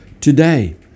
today